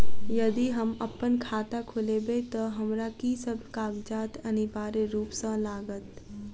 यदि हम अप्पन खाता खोलेबै तऽ हमरा की सब कागजात अनिवार्य रूप सँ लागत?